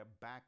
back